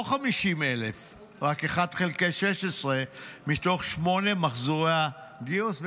50,000. רק 1 חלקי 16 מתוך שמונה מחזורי הגיוס,